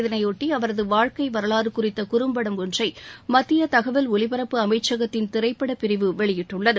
இதைபொட்டி அவரது வாழ்க்கை வரலாறு குறித்த குறும்படம் ஒன்றை மத்திய தகவல் ஒலிபரப்பு அமைச்சகத்தின் திரைப்படப்பிரிவு வெளியிட்டுள்ளது